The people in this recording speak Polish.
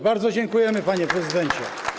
Bardzo dziękujemy, panie prezydencie.